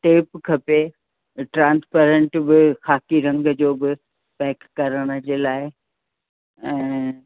tape खपे transparent बि खाकी रंग जो बि पैक करण जे लाइ ऐं